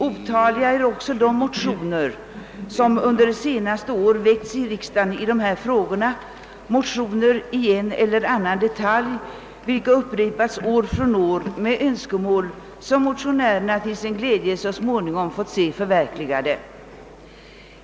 Otaliga är också de motioner som under de senaste åren väckts i riksdagen i dessa frågor, motioner i en eller annan detalj, vilka upprepats med önskemål som motionärerna till sin glädje så småningom fått se förverkligade.